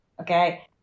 Okay